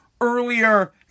earlier